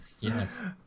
Yes